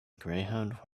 greyhound